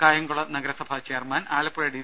കായംകുളം നഗരസഭ chairman Alappuzha D